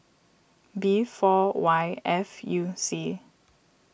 B four Y F U C